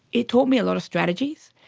it taught me a lot of strategies,